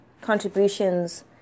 contributions